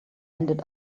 ended